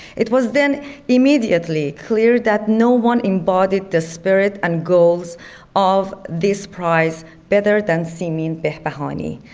it was then immediately clear that no one embodied the spirit and goals of this prize better than simin behbahani,